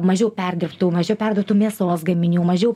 mažiau perdirbtų mažiau perdirbtų mėsos gaminių mažiau